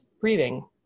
breathing